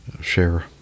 share